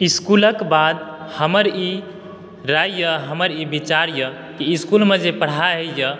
स्कूलक बाद हमर ई राय यऽ हमर ई विचार यऽ कि इसकुल मे जे पढाइ होइया